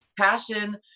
Passion